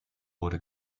wurde